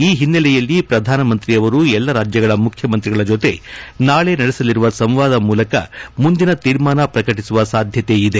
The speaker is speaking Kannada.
ಈ ಹಿನ್ನೆಲೆಯಲ್ಲಿ ಪ್ರಧಾನಮಂತ್ರಿ ಅವರು ಎಲ್ಲಾ ರಾಜ್ಯಗಳ ಮುಖ್ಯಮಂತ್ರಿಗಳ ಜೊತೆ ನಾಳೆ ನಡೆಸಲಿರುವ ಸಂವಾದ ಮೂಲಕ ಮುಂದಿನ ತೀರ್ಮಾನ ಪ್ರಕಟಸುವ ಸಾಧ್ಯತೆ ಇದೆ